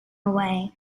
away